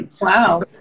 Wow